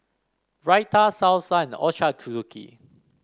Raita Salsa and Ochazuke